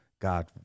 God